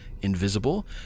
invisible